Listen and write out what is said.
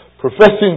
Professing